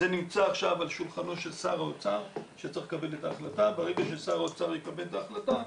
זה נמצא עכשיו על שולחנו של שר האוצר שצריך לקבל את ההחלטה.